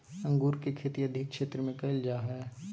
अंगूर के खेती अधिक क्षेत्र में कइल जा हइ